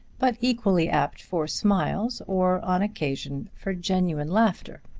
but equally apt for smiles or, on occasion, for genuine laughter.